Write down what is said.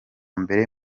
mbere